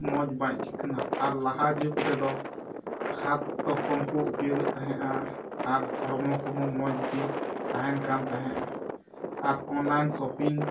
ᱢᱚᱡᱽ ᱵᱟᱭ ᱟᱹᱭᱠᱟᱹᱜ ᱠᱟᱱᱟ ᱟᱨ ᱞᱟᱦᱟ ᱡᱩᱜᱽ ᱨᱮᱫᱚ ᱠᱷᱟᱫ ᱫᱚ ᱠᱚᱢ ᱠᱚ ᱩᱯᱚᱭᱳᱜᱽ ᱮᱫ ᱛᱟᱦᱮᱱᱟ ᱟᱨ ᱦᱚᱲᱢᱚ ᱠᱚ ᱦᱚᱸ ᱢᱚᱡᱽ ᱜᱮ ᱛᱟᱦᱮᱱ ᱠᱟᱜᱼᱟ ᱟᱨ ᱚᱱᱞᱟᱭᱤᱱ ᱥᱚᱯᱤᱝ